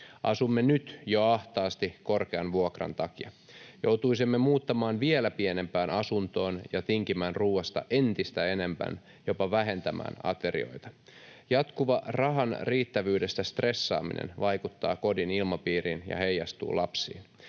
Asumme nyt jo ahtaasti korkean vuokran takia. Joutuisimme muuttamaan vielä pienempään asuntoon ja tinkimään ruoasta entistä enemmän, jopa vähentämään aterioita. Jatkuva rahan riittävyydestä stressaaminen vaikuttaa kodin ilmapiiriin ja heijastuu lapsiin.